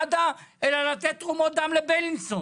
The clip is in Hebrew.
אלא לתת תרומות דם לבלינסון